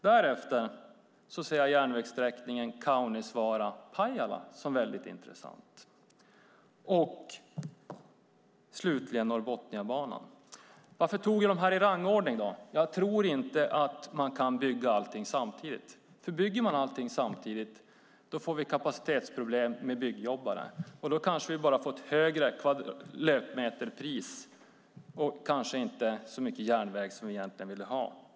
Därefter ser jag järnvägssträckningen Kaunisvaara-Pajala som väldigt intressant och slutligen Norrbotniabanan. Varför tog jag dem i rangordning? Jo, jag tror nämligen inte att man kan bygga allting samtidigt. Bygger vi allting samtidigt får vi kapacitetsproblem när det gäller byggjobbare, och då kanske vi bara får ett högre löpmeterpris och inte så mycket järnväg som vi egentligen vill ha.